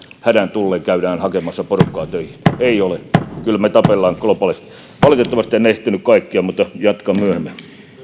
hädän tullen käymme hakemassa porukkaa töihin ei ole kyllä me tappelemme globaalisti valitettavasti en ehtinyt kaikkia mutta jatkan myöhemmin